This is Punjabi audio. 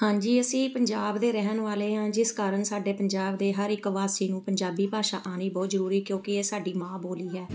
ਹਾਂਜੀ ਅਸੀਂ ਪੰਜਾਬ ਦੇ ਰਹਿਣ ਵਾਲੇ ਹਾਂ ਜਿਸ ਕਾਰਨ ਸਾਡੇ ਪੰਜਾਬ ਦੇ ਹਰ ਇੱਕ ਵਾਸੀ ਨੂੰ ਪੰਜਾਬੀ ਭਾਸ਼ਾ ਆਉਣੀ ਬਹੁਤ ਜ਼ਰੂਰੀ ਕਿਉਂਕਿ ਇਹ ਸਾਡੀ ਮਾਂ ਬੋਲੀ ਹੈ